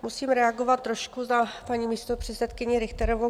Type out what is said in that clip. Musím reagovat trošku na paní místopředsedkyni Richterovou.